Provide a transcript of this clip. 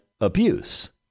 abuse